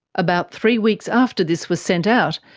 about three weeks after this was sent out,